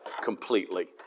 completely